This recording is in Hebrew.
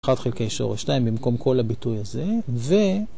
1 חלקי שורש 2 במקום כל הביטוי הזה ו...